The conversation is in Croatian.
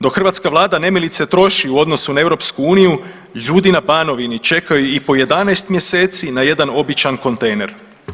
Dok hrvatska vlada nemilice troši u odnosu na EU ljudi na Banovini čekaju i po 11 mjeseci na jedan običan kontejner.